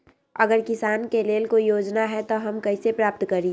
अगर किसान के लेल कोई योजना है त हम कईसे प्राप्त करी?